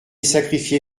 sacrifié